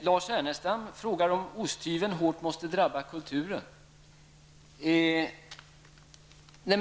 Lars Ernestam frågade om osthyveln måste drabba kulturen hårt.